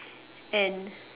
and